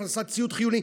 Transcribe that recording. הכנסת ציוד חיוני.